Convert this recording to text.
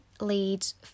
leads